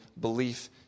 belief